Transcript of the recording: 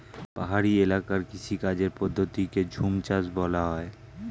পাহাড়ি এলাকার কৃষিকাজের পদ্ধতিকে ঝুমচাষ বলা হয়